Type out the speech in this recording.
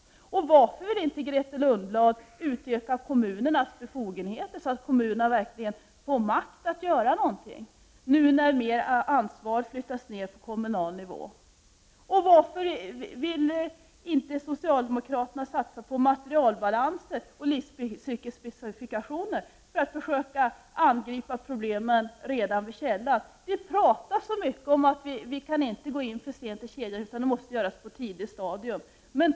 Varför vill inte Grethe Lundblad utöka kommunernas befogenheter, så att kommunerna verkligen får en makt att göra någonting, nu när mer ansvar flyttas ner på kommunal nivå? Varför vill inte socialdemokraterna satsa på materialbalanser och livscykelsspecifikationer för att försöka angripa problemen redan vid källan? Det pratas så mycket om att vi inte kan gå in för sent i kedjan utan att det måste göras på ett tidigt stadium.